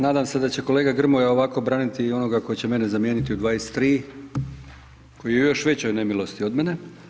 Nadam se da će kolega Grmoja ovako braniti i onoga koji će mene zamijeniti u 23, koji je u još većoj nemilosti od mene.